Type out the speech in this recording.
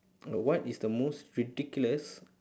what is the most ridiculous